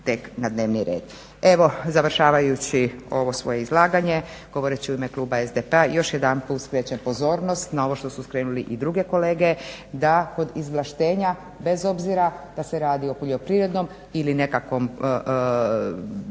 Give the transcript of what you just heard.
tek na dnevni red. Evo završavajući ovo svoje izlaganje govorit ću ime kluba SDP-a, još jedanput skrećem pozornost na ovo što su skrenuli i druge kolege da kod izvlaštenja bez obzira da se radi o poljoprivrednom ili nekakvom